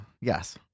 yes